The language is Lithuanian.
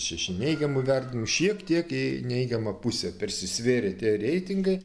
šeši neigiamų vertinimų šiek tiek į neigiamą pusę persisvėrė tie reitingai